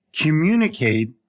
communicate